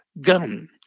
gun